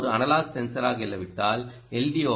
இது ஒரு அனலாக் சென்சாராக இல்லாவிட்டால் எல்